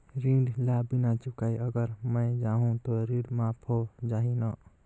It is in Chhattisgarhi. ऋण ला बिना चुकाय अगर मै जाहूं तो ऋण माफ हो जाही न?